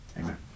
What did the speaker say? amen